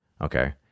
Okay